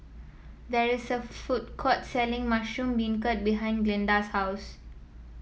there is a food court selling Mushroom Beancurd behind Glenda's house